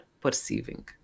perceiving